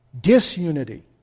Disunity